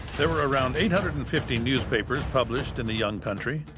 there were around eight hundred and fifty newspapers published in the young country,